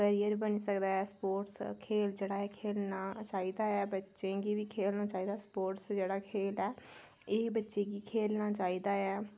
career बनी सकदा ऐ स्पोटस खेल जेह्ड़ा ऐ खेलना चाहिदा ऐ बच्चें गी बी खेलना चाहिदा स्पोटस जेह्ड़ा खेंल ऐ एह् बच्चे गी खेलना चाहिदा ऐ